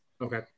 okay